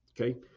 okay